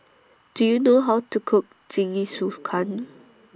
Do YOU know How to Cook Jingisukan